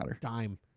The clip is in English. dime